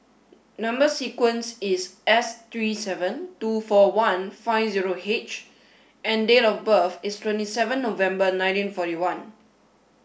number sequence is S three seven two four one five zero H and date of birth is twenty seven November nineteen forty one